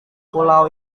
pulau